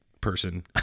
person